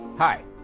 Hi